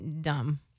dumb